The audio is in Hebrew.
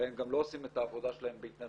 הרי הם גם לא עושים את העבודה שלהם בהתנדבות.